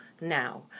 now